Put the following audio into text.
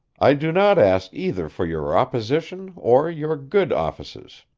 i do not ask either for your opposition or your good offices.